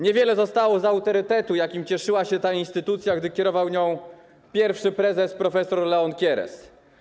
Niewiele zostało z autorytetu, jakim cieszyła się ta instytucja, gdy kierował nią pierwszy prezes prof. Leon Kieres.